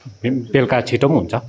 बेलुका छिट्टो पनि हुन्छ